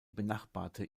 benachbarte